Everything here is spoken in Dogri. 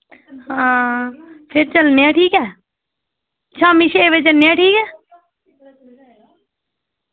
हां फिर चलने आं ठीक ऐ शाम्मी छे बजे ज'न्ने आं ठीक ऐ